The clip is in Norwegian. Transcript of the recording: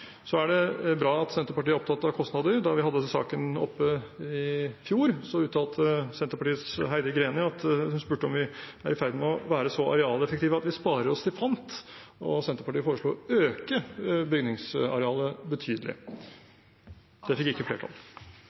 er bra at Senterpartiet er opptatt av kostnader. Da vi hadde denne saken oppe i fjor, spurte Senterpartiets Heidi Greni om vi er i ferd med å være så arealeffektive at vi sparer oss til fant, og Senterpartiet foreslo å øke bygningsarealet betydelig. Det fikk ikke flertall.